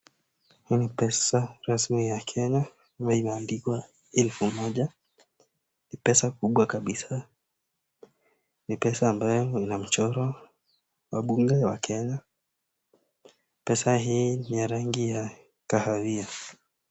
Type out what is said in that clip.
Hii ni pesa rasmi ya Kenya, na imeandikwa elfu moja, ni pesa kubwa kabisa. Ni pesa ambayo iko na mchoro wa bunge ya Kenya. Pesa hii ni ya rangi ya kahawia.